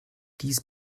dies